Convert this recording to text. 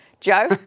Joe